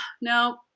no